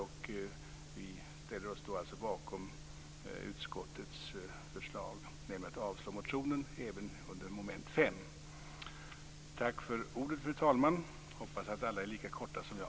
Vi ställer oss alltså bakom utskottets förslag, nämligen att avslå motionen även under mom. 5. Tack för ordet, fru talman. Jag hoppas att alla är lika korta som jag.